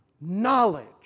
knowledge